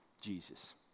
Jesus